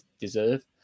deserve